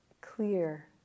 clear